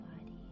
body